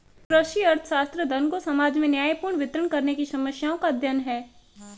कृषि अर्थशास्त्र, धन को समाज में न्यायपूर्ण वितरण करने की समस्याओं का अध्ययन है